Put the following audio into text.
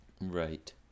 right